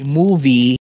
movie